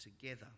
together